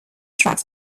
tracks